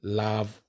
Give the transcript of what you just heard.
love